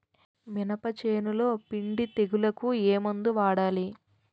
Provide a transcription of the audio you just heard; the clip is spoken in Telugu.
మినప చేనులో పిండి తెగులుకు ఏమందు వాడాలి?